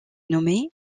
nommé